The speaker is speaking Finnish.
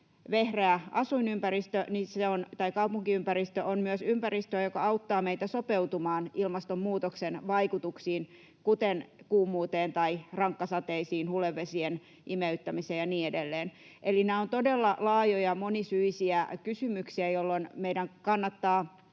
vehreä asuinympäristö tai kaupunkiympäristö on myös ympäristö, joka auttaa meitä sopeutumaan ilmastonmuutoksen vaikutuksiin, kuten kuumuuteen tai rankkasateisiin, hulevesien imeyttämiseen ja niin edelleen. Eli nämä ovat todella laajoja ja monisyisiä kysymyksiä, jolloin meidän kannattaa